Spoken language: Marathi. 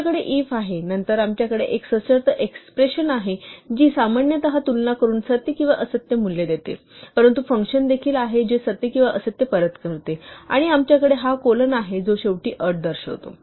आमच्याकडे if आहे नंतर आमच्याकडे एक सशर्त एक्सप्रेशन आहे जी सामान्यत तुलना करून सत्य किंवा असत्य मूल्य देते परंतु फंक्शन देखील आहे जे सत्य किंवा असत्य परत करते आणि आमच्याकडे हा कोलन आहे जो शेवटी अट दर्शवतो